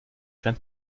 kein